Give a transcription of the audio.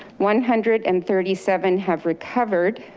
one hundred and thirty seven have recovered,